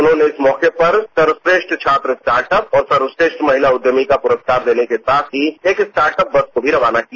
उन्होंने इस मौके पर सर्वश्रेष्ठ छात्र स्टार्टअप और सर्वश्रेष्ठ महिला उद्यमी को पुरस्कार देने के साथ ही एक स्टार्ट अप बस को रवाना किया